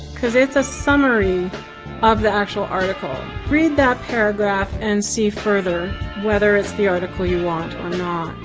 because it's a summary of the actual article. read that paragraph and see further whether it's the article you want or not.